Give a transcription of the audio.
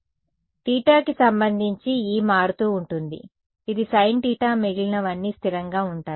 కాబట్టి θకి సంబంధించి E మారుతూ ఉంటుంది ఇది sinθ మిగిలినవన్నీ స్థిరంగా ఉంటాయి